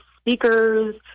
speakers